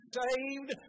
saved